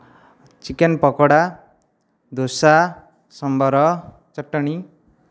chicken pakoda dosa sambar ଚଟଣି